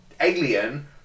alien